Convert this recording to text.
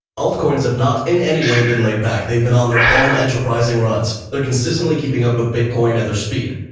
gold coins have not in any way been laid back. they've been on their own enterprising runs. they're consistently keeping up with bitcoin at their speed.